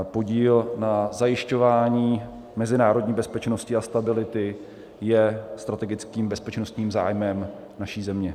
Podíl na zajišťování mezinárodní bezpečnosti a stability je strategickým bezpečnostním zájmem naší země.